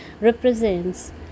represents